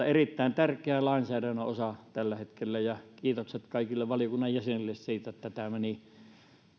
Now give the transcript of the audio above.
erittäin tärkeä lainsäädännön osa tällä hetkellä ja kiitokset kaikille valiokunnan jäsenille siitä että tämä meni